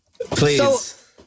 Please